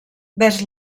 vers